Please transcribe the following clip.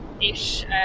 ish